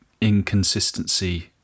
inconsistency